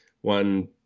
one